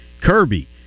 Kirby